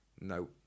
No